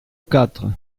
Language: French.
quatre